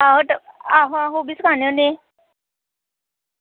आहो आहो आहो आहो ओह् बी सखाने होन्ने